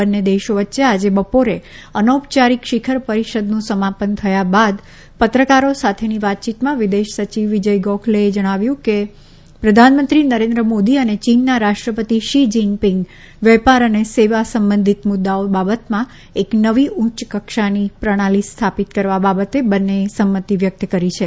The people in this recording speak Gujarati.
બંને દેશો વચ્ચે આજે બપોરે અનૌપચારિક શિખર પરિષદનું સમાપન થયા બાદ પત્રકારો સાથેની વાતચીતમાં વિદેશ સચિવ વિજય ગોખલેએ જણાવ્યું કે પ્રધાનમંત્રી નરેન્દ્ર મોદી અને ચીનના રાષ્ટ્રપતિ શી જિનપીંગ વેપાર અને સેવા સંબંધિત મુદ્દાઓ બાબતમાં એક નવી ઉચ્યકક્ષાની પ્રણાલી સ્થાપિત કરવા બાબતે બંનેએ સંમતિ વ્યક્ત કરી હતી